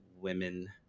women